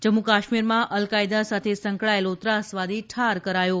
જમ્મુકાશ્મીરમાં al Qaeda સાથે સંકળાયેલો ત્રાસવાદી ઠાર કરાયો